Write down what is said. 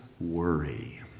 worry